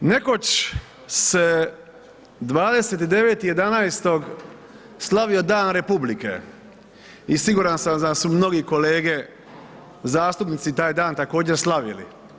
Nekoć s 29.11. slavio Dan republike i siguran sam da su mnogi kolege zastupnici taj dan također slavili.